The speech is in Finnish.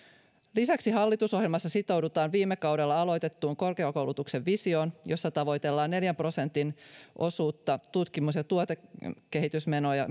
lisäksi hallitusohjelmassa sitoudutaan viime kaudella aloitettuun korkeakoulutuksen visioon jossa tavoitellaan neljän prosentin osuutta tutkimus ja tuotekehitysmenoja